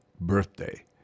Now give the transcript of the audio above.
birthday